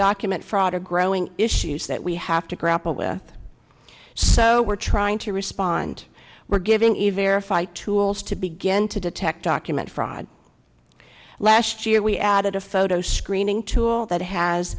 document fraud a growing issues that we have to grapple with so we're trying to respond we're giving a very fight tools to begin to detect document fraud last year we added a photo screening tool that has